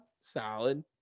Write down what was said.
solid